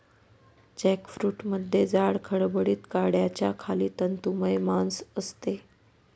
जॅकफ्रूटमध्ये जाड, खडबडीत कड्याच्या खाली तंतुमय मांस असते